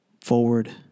Forward